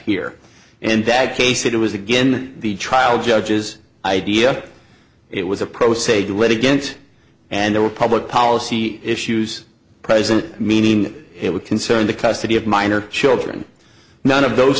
here and that case it was again the trial judge's idea it was a pro se litigant and there were public policy issues present meaning it would concern the custody of minor children none of those